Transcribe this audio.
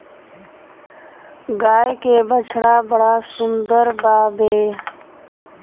गाय के बछड़ा बड़ा सुंदर बावे